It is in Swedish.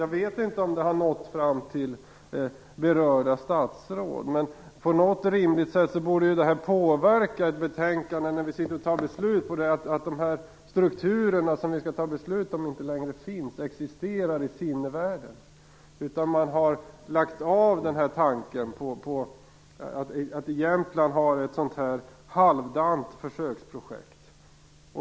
Jag vet inte om det har nått fram till berörda statsråd. Men på något rimligt sätt borde det påverka ett betänkande och beslutet om betänkandet att de strukturer som vi skall fatta beslut om inte längre existerar i sinnevärlden. I Jämtland har man lagt bort tanken på att ha ett sådant här halvdant försöksprojekt.